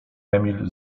emil